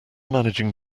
managing